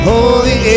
Holy